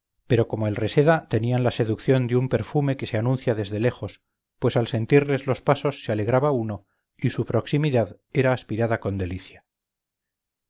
pero como el reseda tenían la seducción de un perfume que se anuncia desde lejos pues al sentirles los pasos se alegraba uno y su proximidad era aspirada con delicia